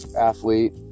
athlete